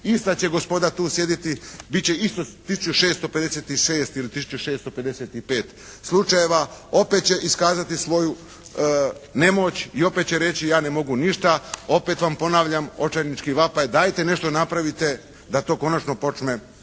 ista će gospoda tu sjediti, biti će isto 1656 ili 1655 slučajeva, opet će iskazati svoju nemoć i opet će reći ja ne mogu ništa, opet vam ponavljam očajnički vapaj, dajte nešto napravite da to konačno počne